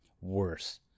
Worse